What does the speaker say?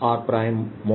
r r